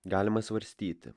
galima svarstyti